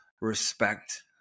respect